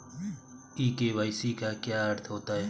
ई KYC का क्या अर्थ होता है?